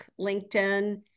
LinkedIn